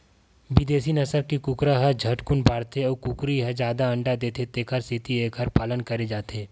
बिदेसी नसल के कुकरा ह झटकुन बाड़थे अउ कुकरी ह जादा अंडा देथे तेखर सेती एखर पालन करे जाथे